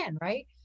Right